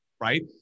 right